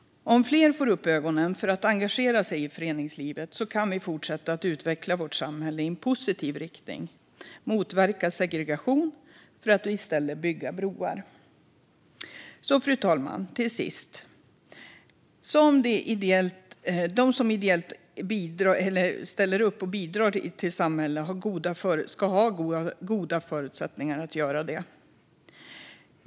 Om fler får upp ögonen för att engagera sig i föreningslivet kan vi fortsätta att utveckla vårt samhälle i en positiv riktning och motverka segregation för att i stället bygga broar. Till sist, fru talman, måste de som ideellt ställer upp bidrar till samhället ha goda förutsättningar att göra det.